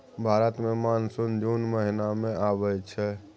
भारत मे मानसून जुन महीना मे आबय छै